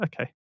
Okay